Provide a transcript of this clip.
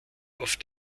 auf